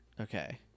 Okay